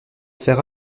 faire